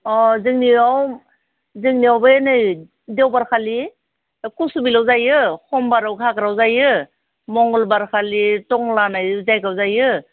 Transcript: अह जोंनियाव जोंनियाव बे नै देवबार खालि कसुबिलाव जायो हमबाराव खाग्राव जायो मंगलबार खालि तंला होननाय जायगायाव जायो